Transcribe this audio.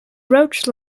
roche